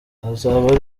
azaba